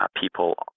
people